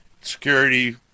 Security